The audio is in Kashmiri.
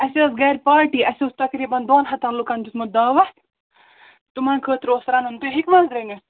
اَسہِ ٲس گَرِ پارٹی اَسہِ اوس تقریٖباً دۄن ہَتَن لُکَن دیُتمُت دعوت تُمَن خٲطرٕ اوس رَنُن تُہۍ ہیٚکو حظ رٔنِتھ